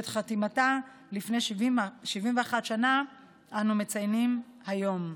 שאת חתימתה לפני 71 שנה אנו מציינים היום.